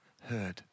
heard